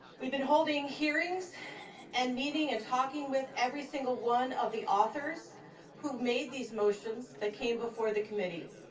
we've been holding hearings and meeting and talking with every single one of the authors who made these motions that came before the committee.